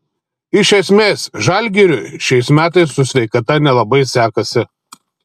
iš esmės žalgiriui šiais metais su sveikata nelabai sekasi